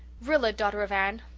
rilla, daughter of anne,